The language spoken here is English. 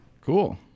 Cool